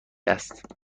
است